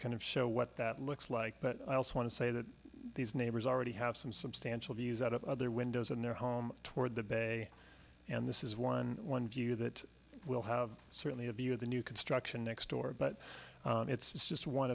kind of show what that looks like but i also want to say that these neighbors already have some substantial views out of their windows and their home toward the bay and this is one one view that will have certainly a view of the new construction next door but it's just one